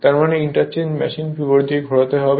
তার মানে interchange machine বিপরীত দিকে ঘোরাতে হবে